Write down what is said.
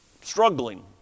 struggling